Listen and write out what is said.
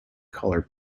color